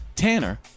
Tanner